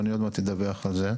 ואני עוד מעט אדווח על זה.